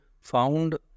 found